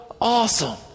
awesome